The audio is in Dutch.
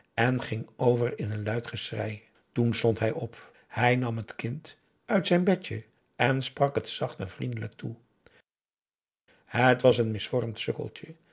en ging over in een luid geschrei toen stond hij op hij nam het kind uit zijn bedje en sprak het zacht en vriendelijk toe het was een misvormd sukkeltje